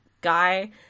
guy